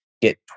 get